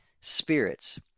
spirits